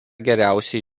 geriausiai